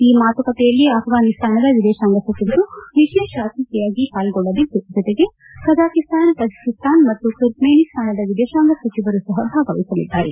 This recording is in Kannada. ಈ ಮಾತುಕತೆಯಲ್ಲಿ ಆಫ್ರಾನಿಸ್ತಾನದ ವಿದೇಶಾಂಗ ಸಚಿವರು ವಿಶೇಷ ಅತಿಥಿಯಾಗಿ ಪಾಲ್ಗೊಳ್ಳಲಿದ್ದು ಜೊತೆಗೆ ಕಜಕಿಸ್ತಾನ್ ತಜಕಿಸ್ತಾನ್ ಮತ್ತು ತುಕ್ರ್ ್ಮೇನಿಸ್ತಾನದ ವಿದೇಶಾಂಗ ಸಚಿವರೂ ಸಹ ಭಾಗವಹಿಸಲಿದ್ದಾರೆ